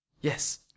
Yes